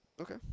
Okay